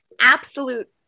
absolute